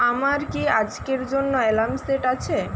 আমার কি আজকের জন্য অ্যালার্ম সেট আছে